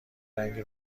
رنگ